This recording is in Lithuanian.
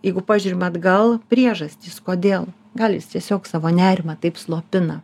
jeigu pažiūrim atgal priežastys kodėl gal jis tiesiog savo nerimą taip slopina